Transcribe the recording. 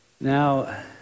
Now